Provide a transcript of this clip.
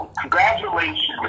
congratulations